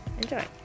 Enjoy